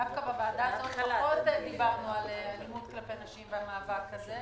דווקא בוועדה הזו פחות דיברנו על אלימות כלפי נשים והמאבק הזה,